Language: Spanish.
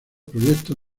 proyecto